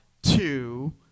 Two